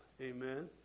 Amen